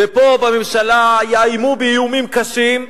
ופה בממשלה יאיימו באיומים קשים,